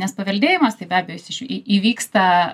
nes paveldėjimas tai be abejo jis išvy į įvyksta